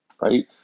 right